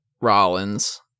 Rollins